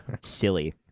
Silly